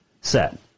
set